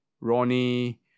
Ronnie